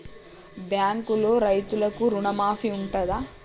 బ్యాంకులో రైతులకు రుణమాఫీ ఉంటదా?